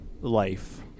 life